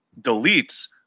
deletes